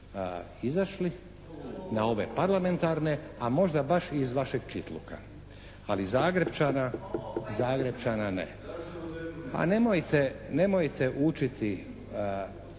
izašli, na ova parlamentarne, a možda baš i iz vašeg Čitluka. Ali Zagrepčana ne. Pa nemojte učiti